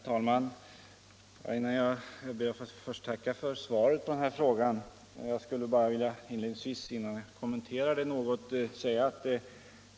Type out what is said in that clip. Herr talman! Jag ber först att få tacka för svaret på frågan.